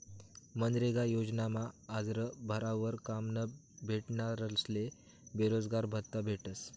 मनरेगा योजनामा आरजं भरावर काम न भेटनारस्ले बेरोजगारभत्त्ता भेटस